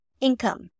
Income